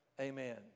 Amen